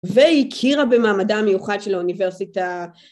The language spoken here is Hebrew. והכירה במעמדה המיוחד של האוניברסיטה.